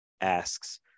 asks